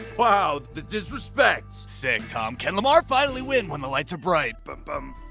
wow, the disrespect. sick tom. can lamar finally win when the lights are bright? bum bum.